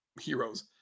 heroes